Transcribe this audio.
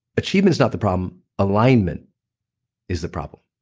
achievement is not the problem, alignment is the problem.